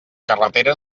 carretera